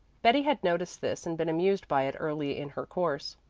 betty had noticed this and been amused by it early in her course.